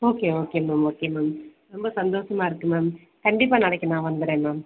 okay okay ma'am okay ma'am ரொம்ப சந்தோஷமா இருக்கு மேம் கண்டிப்பாக நாளைக்கு நான் வந்துட்றேங்க மேம்